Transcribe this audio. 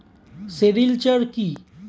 Sericulture কি?